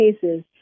cases